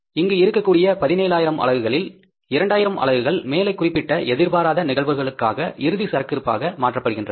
இங்கு இருக்கக்கூடிய 17000 அலகுகளில் 2000 அலகுகள் மேலே குறிப்பிட்ட எதிர்பாராத நிகழ்வுகளுக்காக இறுதி சரக்கு இருப்புக்காக மாற்றப்பட்டுள்ளன